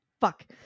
fuck